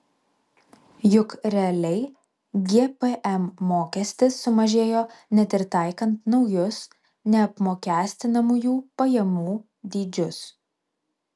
juk realiai gpm mokestis sumažėjo net ir taikant naujus neapmokestinamųjų pajamų dydžius